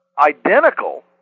identical